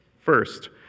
First